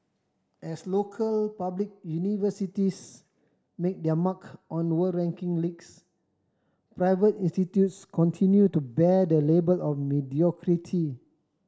as local public universities make their mark on world ranking leagues private institutes continue to bear the label of mediocrity